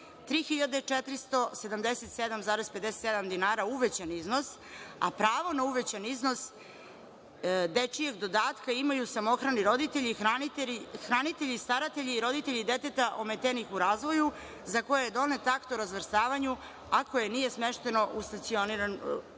3.477,57 dinara uvećan iznos, a pravo na uvećan iznos dečijeg dodatka imaju samohrani roditelji, hranitelji, staratelji, roditelji dece ometene u razvoju za koje je donet akt o razvrstavanju, a koje nije smešteno u stacioniranu